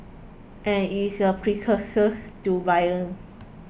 and it is a precursors to violence